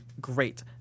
great